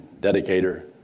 dedicator